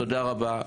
תודה רבה.